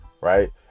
right